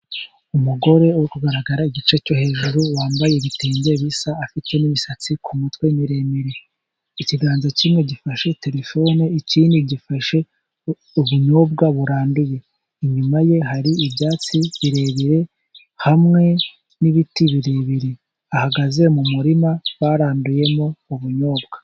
Umugore uri kugaragara igice cyo hejuru, yambaye ibitenge bisa, afite n'imisatsi ku mutwe miremire. Ikiganza kimwe gifashe terefone, ikindi gifashe ubunyobwa buranduye. Inyuma ye hari ibyatsi birebire hamwe n'ibiti birebire, ahagaze mu murima baranduyemo ubunyobwa.